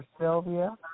Sylvia